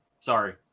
Sorry